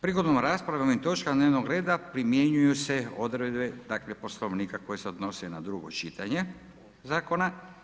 Prigodom rasprave o ovim točkama dnevnog reda primjenjuju se odredbe dakle Poslovnika koji se odnosi na drugo čitanje zakona.